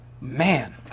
Man